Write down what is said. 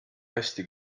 hästi